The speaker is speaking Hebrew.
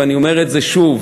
ואני אומר את זה שוב,